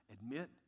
Admit